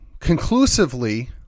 conclusively